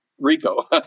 RICO